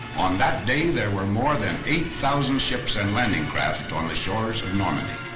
on that day there were more than eight thousand ships and landing craft on the shores of normandy.